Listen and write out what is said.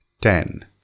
ten